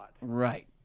Right